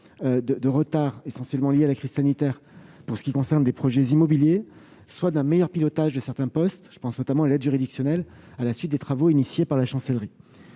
de retards, essentiellement liés à la crise sanitaire, concernant des projets immobiliers, soit d'un meilleur pilotage de certains postes- je pense notamment à l'aide juridictionnelle -, à la suite des travaux engagés par la Chancellerie.